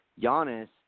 Giannis